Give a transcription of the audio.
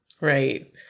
Right